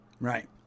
Right